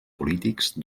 polítics